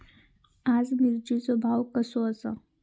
आज मिरचेचो भाव कसो आसा?